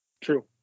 True